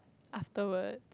afterward